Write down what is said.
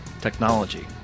technology